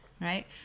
Right